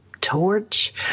torch